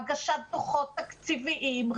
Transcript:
בהגשת דוחות תקציביים,